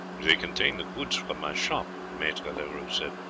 they contain the goods from my shop, maitre leroux said.